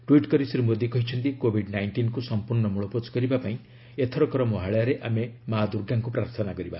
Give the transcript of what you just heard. ଟ୍ପିଟ୍ କରି ଶ୍ରୀ ମୋଦୀ କହିଛନ୍ତି କୋବିଡ୍ ନାଇଷ୍ଟିନକୁ ସଂପ୍ରର୍ଣ୍ଣ ମୂଳପୋଛ କରିବା ପାଇଁ ଏଥରକର ମହାଳୟାରେ ଆମେ ମାଆ ଦୁର୍ଗାଙ୍କୁ ପ୍ରାର୍ଥନା କରିବା